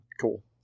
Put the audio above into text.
cool